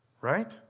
Right